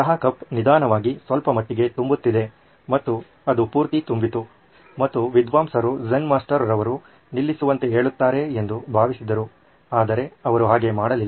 ಚಹಾ ಕಪ್ ನಿಧಾನವಾಗಿ ಸ್ವಲ್ಪಮಟ್ಟಿಗೆ ತುಂಬುತ್ತಿದೆ ಮತ್ತು ಅದು ಪೂರ್ತಿ ತುಂಬಿತು ಮತ್ತು ವಿದ್ವಾಂಸರು ಝೆನ್ ಮಾಸ್ಟರ್ ಅವರು ನಿಲ್ಲಿಸುವಂತೆ ಹೇಳುತ್ತಾರೆ ಎಂದು ಭಾವಿಸಿದರು ಆದರೆ ಅವರು ಹಾಗೆ ಮಾಡಲಿಲ್ಲ